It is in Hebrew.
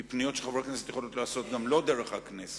כי פניות של חברי הכנסת יכולות להיעשות גם לא דרך הכנסת.